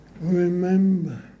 Remember